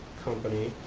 company.